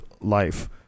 life